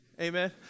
Amen